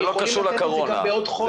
הם יכולים לתת את זה גם בעוד חודש.